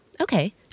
Okay